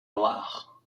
noire